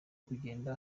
kugenda